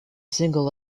single